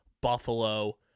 Buffalo